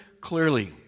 clearly